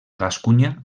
gascunya